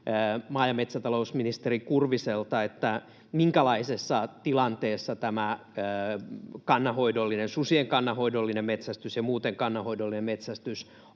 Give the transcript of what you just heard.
maa- ja metsätalousministeri Kurviselta: minkälaisessa tilanteessa tämä susien kannanhoidollinen metsästys ja muuten kannanhoidollinen metsästys